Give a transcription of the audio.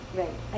right